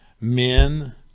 men